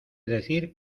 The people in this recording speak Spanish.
decir